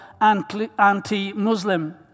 anti-Muslim